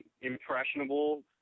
impressionable